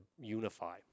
unify